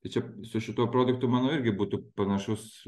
tai čia su šituo produktu manau irgi būtų panašus